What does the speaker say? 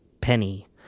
penny